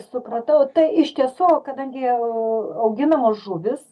supratau tai iš tiesų kadangi jau auginamos žuvys